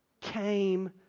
came